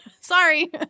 sorry